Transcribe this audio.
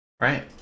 Right